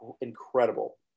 incredible